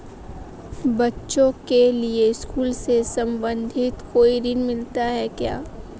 बच्चों के लिए स्कूल से संबंधित कोई ऋण मिलता है क्या?